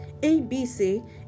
ABC